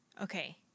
okay